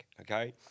Okay